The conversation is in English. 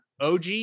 OG